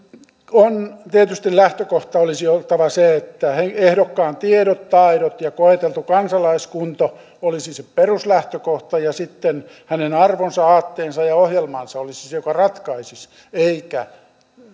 tietysti lähtökohdan olisi oltava se että ehdokkaan tiedot taidot ja koeteltu kansalaiskunto olisivat se peruslähtökohta ja sitten hänen arvonsa aatteensa ja ohjelmansa olisivat ne jotka ratkaisisivat eikä